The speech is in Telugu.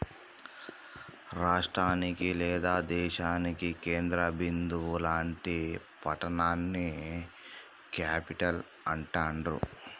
రాష్టానికి లేదా దేశానికి కేంద్ర బిందువు లాంటి పట్టణాన్ని క్యేపిటల్ అంటాండ్రు